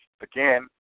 again